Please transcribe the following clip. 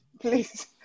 please